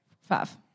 five